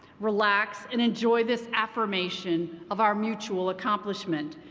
relax and enjoy this affirmation of our mutual accomplishment.